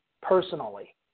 personally